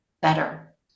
better